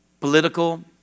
Political